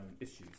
issues